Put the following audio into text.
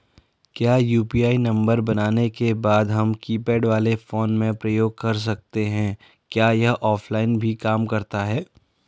क्या UPI number बनाने के बाद हम कीपैड वाले फोन में प्रयोग कर सकते हैं क्या यह ऑफ़लाइन भी काम करता है?